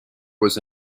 was